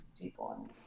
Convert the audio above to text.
people